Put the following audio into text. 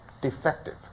defective